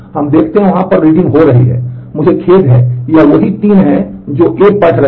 हम देखते हैं कि वहाँ पर रीडिंग हो रही है मुझे खेद है कि यह वही तीन हैं जो A पढ़ रहे हैं